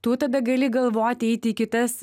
tų tada gali galvoti eiti į kitas